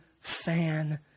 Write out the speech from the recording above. fan